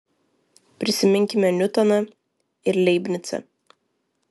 prisiminkime niutoną ir leibnicą